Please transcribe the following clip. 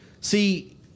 See